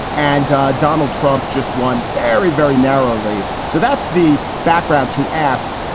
and donald trump just won very, very narrowly. so that's the background to ask.